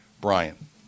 Brian